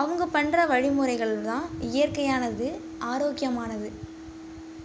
அவங்க பண்ணுற வழிமுறைகள் தான் இயற்கையானது ஆரோக்கியமானது